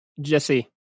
Jesse